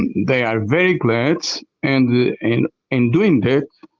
they are very glad and in in doing it,